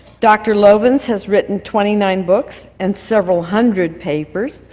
dr. lovins has written twenty nine books and several hundred papers.